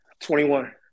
21